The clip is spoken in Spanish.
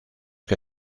que